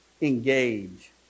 engage